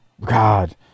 God